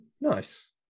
nice